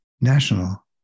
national